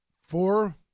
four